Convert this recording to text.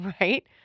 right